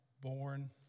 born